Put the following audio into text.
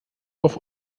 auf